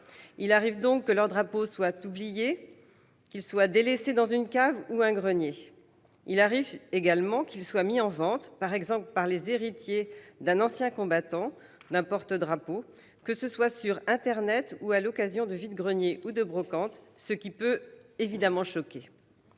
Il arrive donc que leurs drapeaux soient oubliés, délaissés dans une cave ou un grenier. Il arrive également qu'ils soient mis en vente, par exemple par les héritiers d'un ancien combattant, d'un porte-drapeau, que ce soit sur internet ou lors de vide-greniers ou de brocantes, ce qui peut évidemment choquer.